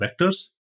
vectors